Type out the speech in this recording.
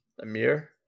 Amir